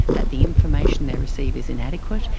that the information they receive is inadequate,